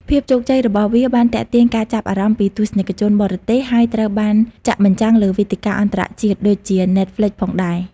ភាពជោគជ័យរបស់វាបានទាក់ទាញការចាប់អារម្មណ៍ពីទស្សនិកជនបរទេស ហើយត្រូវបានចាក់បញ្ចាំងលើវេទិកាអន្តរជាតិដូចជា Netflix ផងដែរ។